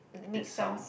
this sound